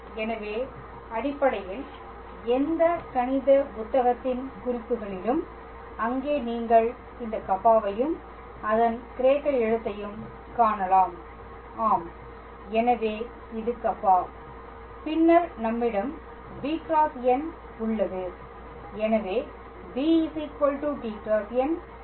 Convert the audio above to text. எனவே அடிப்படையில் எந்த கணித புத்தகத்தின் குறிப்புகளிலும் அங்கே நீங்கள் இந்த கப்பாவையும் அதன் கிரேக்க எழுத்தையும் காணலாம் ஆம் எனவே இது கப்பா பின்னர் நம்மிடம் b × n உள்ளது